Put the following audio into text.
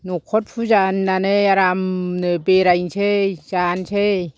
नखर फुजा होननानै आरामनो बेरायसै जानोसै